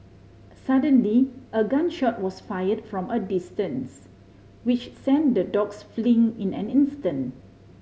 suddenly a gun shot was fired from a distance which sent the dogs fleeing in an instant